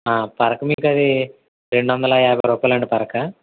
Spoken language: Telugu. పరక మీకు అది రెండొందల యాభై రూపాయలండి పరక